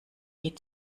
weh